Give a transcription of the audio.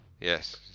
Yes